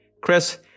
Chris